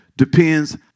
depends